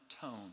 tone